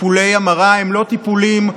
טיפולי המרה הם לא טיפולים,